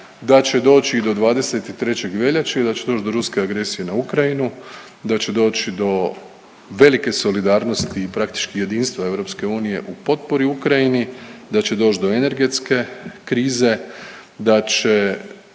da će doći do 23. veljače i da će doći do ruske agresije na Ukrajinu, da će doći do velike solidarnosti i praktički jedinstva EU u potpori Ukrajini, da će doći do energetske krize, da će